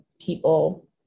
people